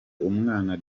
umwana